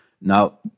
Now